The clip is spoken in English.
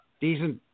Decent